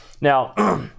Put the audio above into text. Now